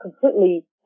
completely